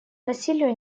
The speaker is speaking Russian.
насилию